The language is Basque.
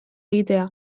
egitea